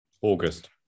August